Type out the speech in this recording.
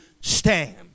stand